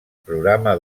programa